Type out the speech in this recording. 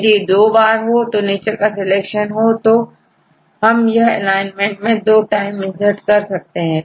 यदि यह दो बार हो और नेचर का सिलेक्शन हो तो हम यह एलाइनमेंट मैं दो टाइम इंसर्ट कर सकते हैं